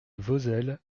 vozelle